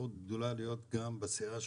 זכות גדולה להיות גם בסיעה שלך.